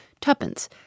Tuppence